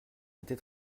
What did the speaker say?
était